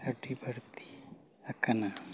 ᱟᱹᱰᱤ ᱵᱟᱹᱲᱛᱤ ᱟᱠᱟᱱᱟ